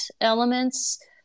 elements